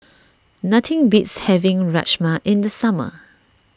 nothing beats having Rajma in the summer